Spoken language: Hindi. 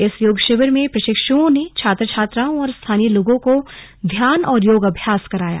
इस योग शिविर में प्रशिक्षुओं ने छात्र छात्राओं और स्थानीय लोगों को ध्यान और योगाभ्यास कराया